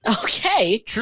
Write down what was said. Okay